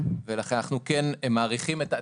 בואו נזרוק סתם מספרים.